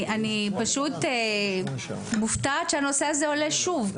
אני פשוט מופתעת שהנושא הזה עולה שוב,